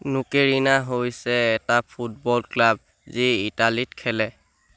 নোকেৰিনা হৈছে এটা football club যি ইটালীত খেলে